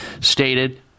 stated